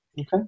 Okay